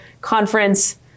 conference